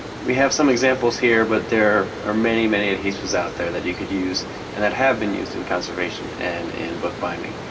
we have some examples here but there are many many adhesives out there that you could use and that have been used in conservation and in bookbinding.